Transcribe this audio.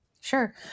Sure